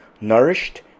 nourished